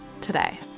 today